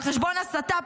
על חשבון הסתה,